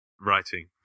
writing